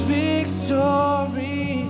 victory